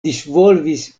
disvolvis